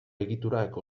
egiturak